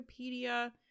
Wikipedia